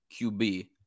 QB